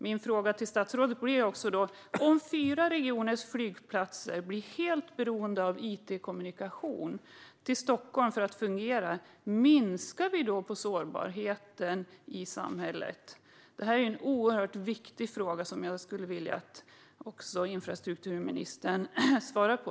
Min fråga till statsrådet blir då: Minskar vi sårbarheten i samhället om fyra regioners flygplatser blir helt beroende av it-kommunikation med Stockholm för att fungera? Det är en oerhört viktig fråga som jag skulle vilja att infrastrukturministern svarar på.